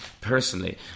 personally